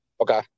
okay